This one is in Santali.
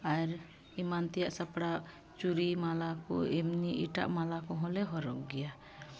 ᱟᱨ ᱮᱢᱟᱱ ᱛᱮᱭᱟᱜ ᱥᱟᱯᱲᱟᱣ ᱪᱩᱲᱤ ᱢᱟᱞᱟ ᱠᱚ ᱮᱢᱱᱤ ᱮᱴᱟᱜ ᱢᱟᱞᱟ ᱠᱚᱦᱚᱸᱞᱮ ᱦᱚᱨᱚᱜ ᱜᱮᱭᱟ